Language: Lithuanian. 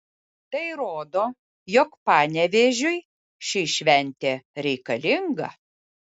tai rodo jog panevėžiui ši šventė reikalinga